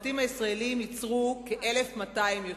הישראליים יצרו כ-1,200 יוצרים,